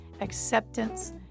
acceptance